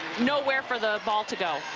nowhere for the ball to go,